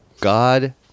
God